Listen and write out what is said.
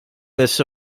this